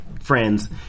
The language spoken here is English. friends